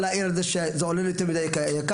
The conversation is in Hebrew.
להעיר את זה שזה עולה לו יותר מידי יקר.